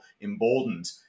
emboldened